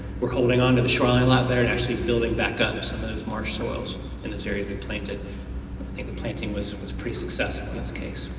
we're holding on to the shrine a lot better and actually building back up some of those marsh soils in this area through planting. i think planting was was pretty successful in this case.